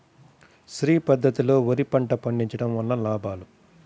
శ్రీ పద్ధతిలో వరి పంట పండించడం వలన లాభాలు?